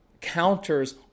counters